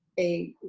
a